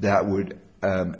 that would